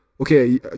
okay